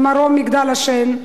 ממרום מגדל השן,